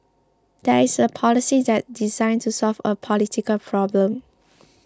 there is a policy that's designed to solve a political problem